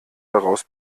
daraus